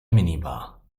minibar